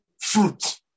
fruit